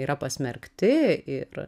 yra pasmerkti ir